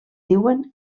diuen